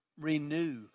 Renew